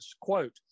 Quote